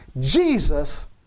Jesus